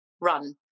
run